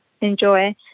enjoy